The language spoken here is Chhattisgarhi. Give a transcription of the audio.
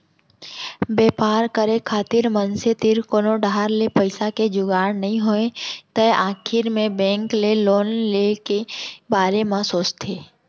बेपार करे खातिर मनसे तीर कोनो डाहर ले पइसा के जुगाड़ नइ होय तै आखिर मे बेंक ले लोन ले के बारे म सोचथें